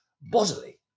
bodily